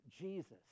Jesus